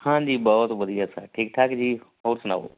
ਹਾਂਜੀ ਬਹੁਤ ਵਧੀਆ ਸਰ ਠੀਕ ਠਾਕ ਜੀ ਹੋਰ ਸੁਣਾਓ